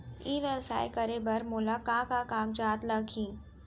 ई व्यवसाय करे बर मोला का का कागजात लागही?